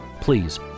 Please